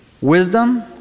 Wisdom